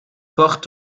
port